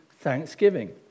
thanksgiving